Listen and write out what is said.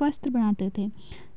वस्त्र बनाते थे